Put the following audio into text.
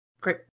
Great